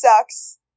sucks